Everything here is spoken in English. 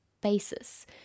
basis